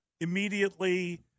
immediately –